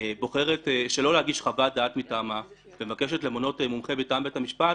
בוחרת שלא להגיש חוות דעת מטעמה אלא למנות מומחה מטעם בית המשפט,